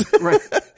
right